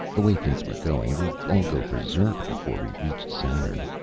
the way things were going, we'd all go berserk before we reached saturn.